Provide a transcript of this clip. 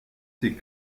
ses